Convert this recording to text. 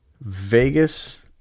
Vegas